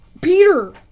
Peter